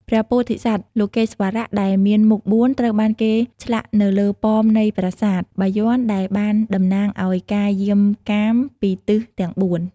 ព្រះពោធិសត្វលោកេស្វរៈដែលមានមុខបួនត្រូវបានគេឆ្លាក់នៅលើប៉មនៃប្រាសាទបាយ័នដែលបានតំណាងឲ្យការយាមកាមពីទិសទាំងបួន។